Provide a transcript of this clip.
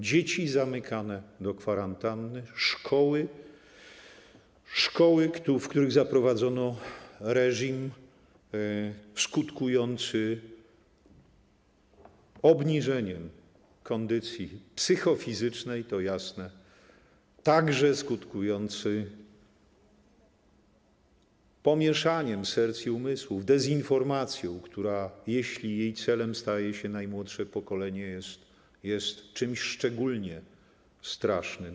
Dzieci poddane kwarantannie, szkoły, w których zaprowadzono reżim skutkujący obniżeniem kondycji psychofizycznej, to jasne, także skutkujący pomieszaniem serc i umysłów, dezinformacją, która jeśli jej celem staje się najmłodsze pokolenie, jest czymś szczególnie strasznym.